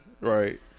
right